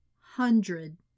hundred